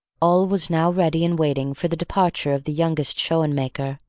all was now ready and waiting for the departure of the youngest schoenmaker.